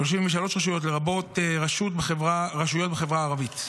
לרבות רשויות בחברה הערבית.